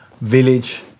village